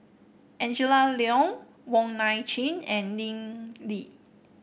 Angela Liong Wong Nai Chin and Lim Lee